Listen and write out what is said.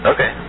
Okay